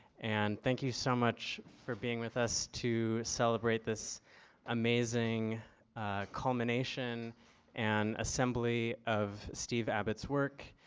and thank you so much for being with us to celebrate this amazing combination and assembly of steve abbott's work,